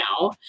now